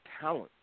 talent